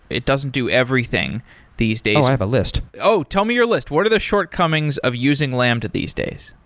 it doesn't do everything these days. oh, i have a list. oh! tell me your list. what are the shortcomings of using lambda these days?